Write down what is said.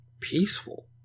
Peaceful